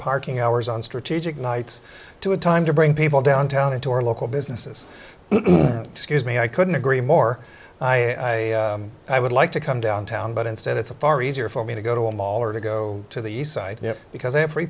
parking hours on strategic nights to a time to bring people downtown into our local businesses excuse me i couldn't agree more i would like to come downtown but instead it's far easier for me to go to a mall or to go to the east side because